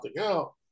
out